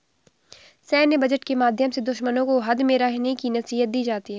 सैन्य बजट के माध्यम से दुश्मनों को हद में रहने की नसीहत दी जाती है